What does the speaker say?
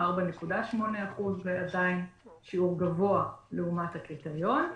4.8%. זה עדיין שיעור גבוה לעומת הקריטריון.